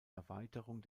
erweiterung